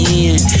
end